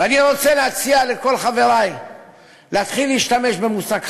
ואני רוצה להציע לכל חברי להתחיל להשתמש במושג חדש.